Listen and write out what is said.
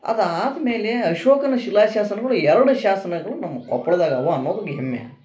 ಅದು ಆದ್ಮೇಲೆ ಅಶೋಕನ ಶಿಲಾ ಶಾಸನಗಳು ಎರಡು ಶಾಸನಗಳು ನಮ್ಮ ಕೊಪ್ಳದಾಗ ಅವ ಅನ್ನುದು ಹೆಮ್ಮೆ